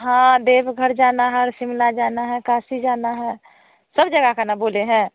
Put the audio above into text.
हाँ देवघर जाना है और शिमला जाना है काशी जाना है सब जगह का ना बोले हैं